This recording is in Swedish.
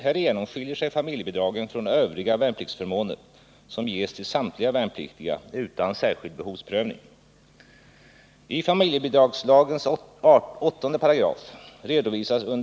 Härigenom skiljer sig familjebidragen från övriga värnpliktsförmåner, som ges till samtliga värnpliktiga utan särskild behovsprövning.